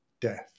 death